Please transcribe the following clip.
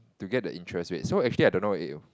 to get the interest rates so actually I don't know if